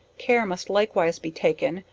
care must likewise be taken,